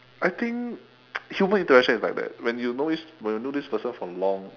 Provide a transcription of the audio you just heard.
I think human interaction is like there when you know this when you know this person for long